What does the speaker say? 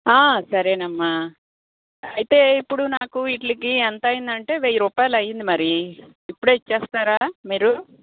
సరేనమ్మా అయితే ఇప్పుడు నాకు వీటికి ఎంతయిందంటే వెయ్యి రూపాయలు అయింది మరి ఇప్పుడే ఇచ్చేస్తారా మీరు